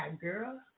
girl